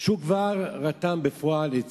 שהוא כבר רתם בפועל את סוריה,